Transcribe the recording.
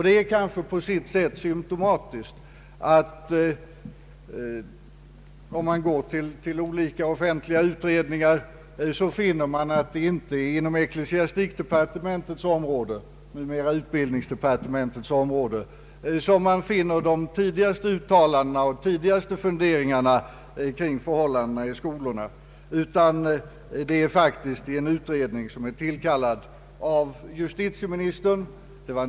Det är kanske på sitt sätt symtomatiskt att om man går till olika offentliga utredningar, kan man konstatera att det inte är inom =<:ecklesiastikdepartementets område — nu utbildningsdepartementets område — som man finner de tidigaste uttalandena och funderingarna kring förhållandena i skolorna, utan det är faktiskt i en utredning som är tillkallad av justitieministern.